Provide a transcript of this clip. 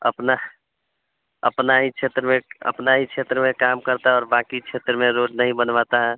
अपना अपने ही क्षेत्र में अपने ही क्षेत्र में काम करता है और बाकि क्षेत्र में रोड नहीं बनवाता है